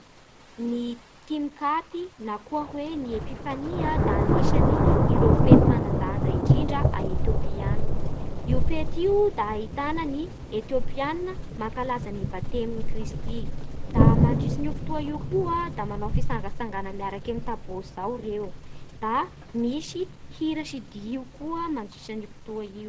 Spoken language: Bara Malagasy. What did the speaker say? Ny timkaty na koa hoe ny epifania da anisany ireo fety manan-danja indrindra a Etiopia any. Io fety io da ahitany ny etiopiana mankalaza ny batemin'i kristy Da mandritrin'io fotoa io koa da manao fitsangatsangana miaraky amin'ny tabôsy zao reo Da misy hira sy dihy io koa mandritran'io fotoa io